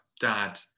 dad